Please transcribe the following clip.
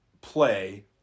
play